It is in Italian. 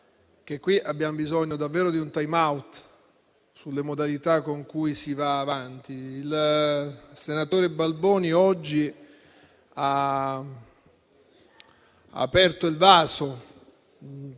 che qui abbiamo bisogno davvero di un *time out* sulle modalità con cui si va avanti. Il senatore Balboni oggi ha aperto il vaso;